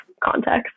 context